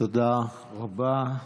תודה רבה.